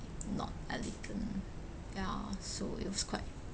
not elegant ya so it was quite